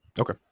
Okay